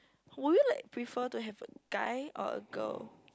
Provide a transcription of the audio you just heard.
would you like prefer to have a guy or a girl